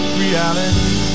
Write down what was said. reality